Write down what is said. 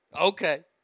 Okay